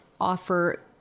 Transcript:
offer